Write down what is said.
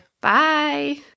Bye